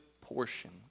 portion